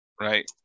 Right